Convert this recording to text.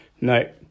no